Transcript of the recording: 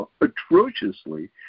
atrociously